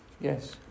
yes